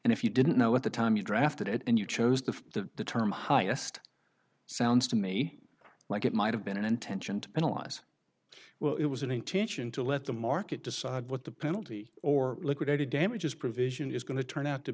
and if you didn't know at the time you drafted it and you chose the term highest sounds to me like it might have been an intention to penalize well it was an intention to let the market decide what the penalty or liquidated damages provision is going to turn out to